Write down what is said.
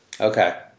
Okay